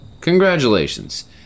Congratulations